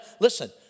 Listen